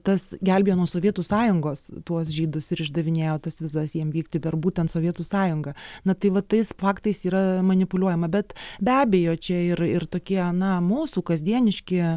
tas gelbėjo nuo sovietų sąjungos tuos žydus ir išdavinėjo tas vizas jiem vykti per būtent sovietų sąjungą na tai va tais faktais yra manipuliuojama bet be abejo čia ir ir tokie na mūsų kasdieniški